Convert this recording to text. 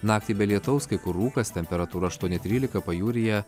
naktį be lietaus kai kur rūkas temperatūra aštuoni trylika pajūryje